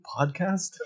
Podcast